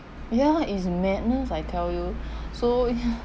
ya it's madness I tell you so yeah